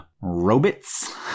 robots